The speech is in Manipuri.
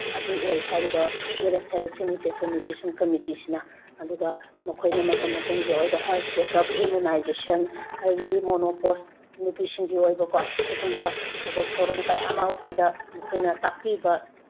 ꯑꯗꯨ ꯑꯣꯏ ꯍꯥꯏꯔꯤꯕ ꯕꯤꯂꯦꯖ ꯍꯦꯜꯠ ꯁꯦꯅꯤꯇꯦꯁꯟ ꯅ꯭ꯌꯨꯇ꯭ꯔꯤꯁꯟ ꯀꯃꯤꯇꯤꯁꯤꯅ ꯑꯗꯨꯒ ꯃꯈꯣꯏꯅ ꯃꯇꯝ ꯃꯇꯝꯒꯤ ꯑꯣꯏꯕ ꯍꯦꯜꯠ ꯆꯦꯛ ꯎꯞ ꯏꯃꯨꯅꯥꯏꯖꯦꯁꯟ ꯑꯗꯨꯗꯒꯤꯗꯤ ꯃꯣꯅꯣꯄꯣꯁ ꯅꯨꯄꯤꯁꯤꯡꯒꯤ ꯑꯣꯏꯕ ꯀꯣ ꯁꯨꯒꯨꯝꯕ ꯊꯕꯛ ꯊꯧꯔꯝ ꯀꯌꯥ ꯑꯃ ꯑꯩꯈꯣꯏꯗ ꯃꯈꯣꯏꯅ ꯇꯥꯛꯄꯤꯕ